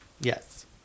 Yes